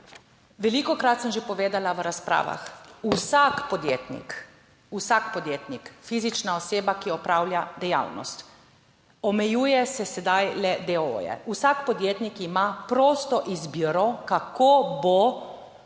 Velikokrat sem že povedala v razpravah, vsak podjetnik, vsak podjetnik, fizična oseba, ki opravlja dejavnost, omejuje se sedaj le deooje, vsak podjetnik ima prosto izbiro kako bo obdavčil